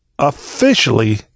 officially